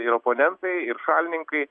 ir oponentai ir šalininkai